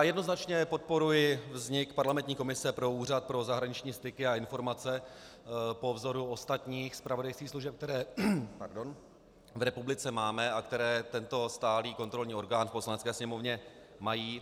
Jednoznačně podporuji vznik parlamentní komise pro Úřad pro zahraniční styky a informace po vzoru ostatních zpravodajských služeb, které v republice máme a které tento stálý kontrolní orgán v Poslanecké sněmovně mají.